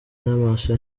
n’amaso